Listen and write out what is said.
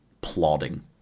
plodding